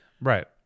Right